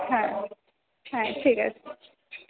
হ্যাঁ হ্যাঁ ঠিক আছে